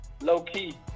low-key